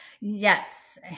Yes